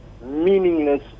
meaningless